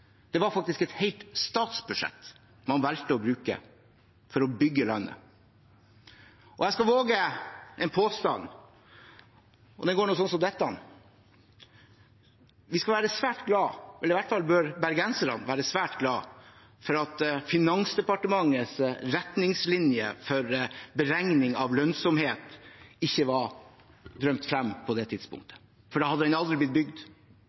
Det var faktisk et helt statsbudsjett man valgte å bruke for å bygge landet. Jeg skal våge en påstand, og den går omtrent slik: Vi skal være svært glade – i hvert fall bør bergenserne være svært glade – for at Finansdepartementets retningslinjer for beregning av lønnsomhet ikke var drømt frem på det tidspunktet, for da hadde banen aldri blitt bygd.